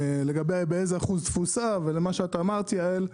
לגבי באיזה אחוז תפוסה ומה שאת אמרת יעל.